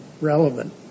relevant